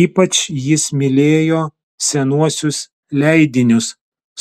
ypač jis mylėjo senuosius leidinius